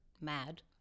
Mad